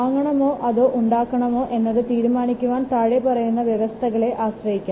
വാങ്ങണമോ അതോ ഉണ്ടാക്കണമോ എന്നത് തീരുമാനിക്കുവാൻ താഴെ പറയുന്ന വ്യവസ്ഥകളെ ആശ്രയിക്കാം